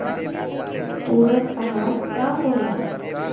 पुरक अहार का होला?